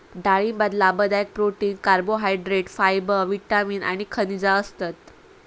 डाळिंबात लाभदायक protein, carbohydrate, fibre, vitamin आणि खनिजा असतत